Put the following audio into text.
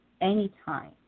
anytime